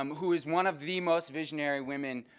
um who his one of the most visionary women,